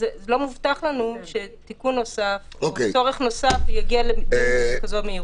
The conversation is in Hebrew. לא מובטח לנו שתיקון נוסף או צורך נוסף יגיע לדיון בכזו מהירות.